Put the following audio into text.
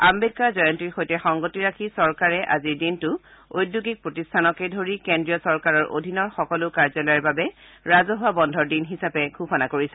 আম্বেদকাৰ জয়ন্তীৰ লগত সংগতি ৰাখি চৰকাৰে আজিৰ দিনটো ঔদ্যোগিক প্ৰতিষ্ঠানকে ধৰি কেন্দ্ৰীয় চৰকাৰৰ অধীনৰ সকলো কাৰ্যালয়ৰ বাবে ৰাজহুৱা বন্ধৰ দিন হিচাপে ঘোষণা কৰিছে